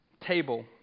table